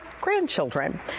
grandchildren